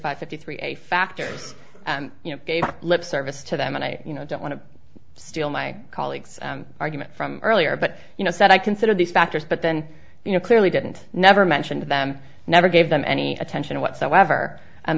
five fifty three a factors you know lip service to them and i you know don't want to steal my colleague's argument from earlier but you know said i consider these factors but then you know clearly didn't never mentioned them never gave them any attention whatsoever